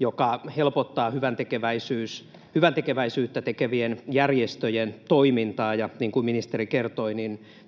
joka helpottaa hyväntekeväisyyttä tekevien järjestöjen toimintaa. Niin kuin ministeri kertoi,